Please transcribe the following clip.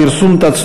21,